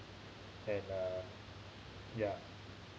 and uh ya